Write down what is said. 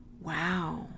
Wow